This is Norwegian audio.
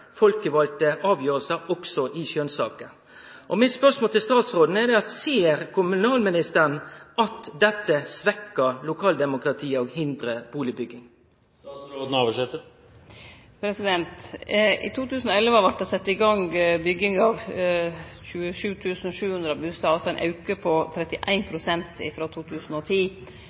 folkevalde sine avgjersler også i skjønnssaker. Mitt spørsmål til statsråden er: Ser kommunalministeren at dette svekkjer lokaldemokratiet og hindrar bustadbygging? I 2011 vart det sett i gang bygging av 27 700 bustader, altså ein auke på 31 pst. frå 2010.